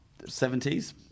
70s